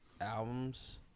albums